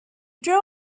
drew